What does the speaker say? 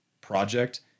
project